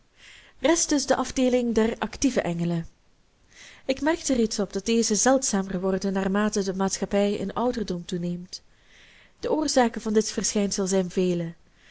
rest dus de afdeeling der active engelen ik merkte reeds op dat dezen zeldzamer worden naarmate de maatschappij in ouderdom toeneemt de oorzaken van dit verschijnsel zijn velen